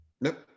nope